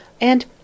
And—